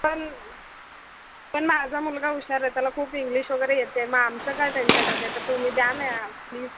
पण पण माझा मुलगा हुशार आहे त्याला खूप इंग्लिश वगैरे येते मग आमचं काय त्याच्यामध्ये तर तुम्ही द्या ना प्लिज